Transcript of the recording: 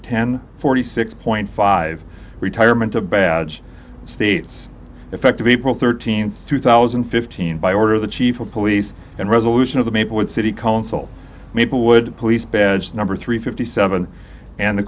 ten forty six point five retirement a badge states effective april thirteenth two thousand and fifteen by order of the chief of police and resolution of the maplewood city council member would police badge number three fifty seven and the